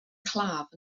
claf